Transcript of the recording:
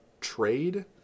trade